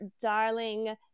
darling